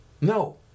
No